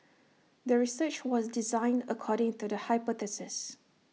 the research was designed according to the hypothesis